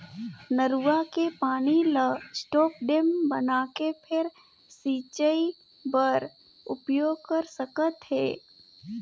नरूवा के पानी ल स्टॉप डेम बनाके फेर सिंचई बर उपयोग कर सकथे